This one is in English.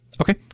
okay